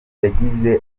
yagize